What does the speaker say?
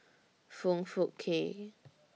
Foong Fook Kay